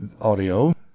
audio